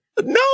No